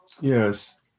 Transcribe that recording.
Yes